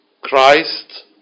Christ